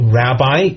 rabbi